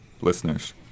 listeners